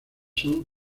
son